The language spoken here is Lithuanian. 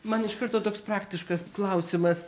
man iš karto toks praktiškas klausimas